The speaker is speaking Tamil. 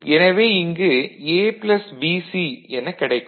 எனவே இங்கு A BC எனக் கிடைக்கும்